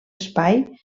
espai